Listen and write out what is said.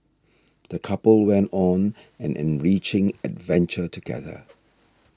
the couple went on an enriching adventure together